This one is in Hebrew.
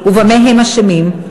והרוקחים, ובמה הם אשמים?